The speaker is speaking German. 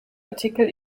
artikel